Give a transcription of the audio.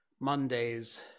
Mondays